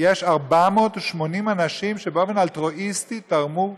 יש 480 אנשים שבאופן אלטרואיסטי תרמו כליה.